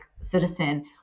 citizen